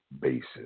basis